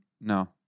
No